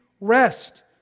rest